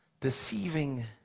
deceiving